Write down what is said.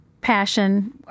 passion